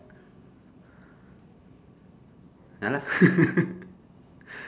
ya lah